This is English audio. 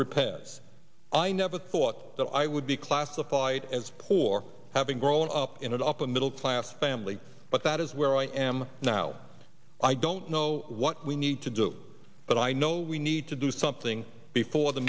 repairs i never thought that i would be classified as poor having grown up in a top of middle class family but that is where i am now i don't know what we need to do but i know we need to do something before the